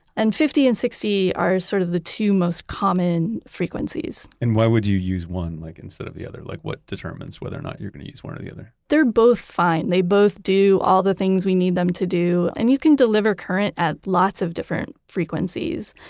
and fifty and sixty are sort of the two most common frequencies and why would you use one like instead of the other? like, what determines whether or not you're going to use one of the other? they're both fine. they both do all the things we need them to do. and you can deliver current at lots of different frequencies.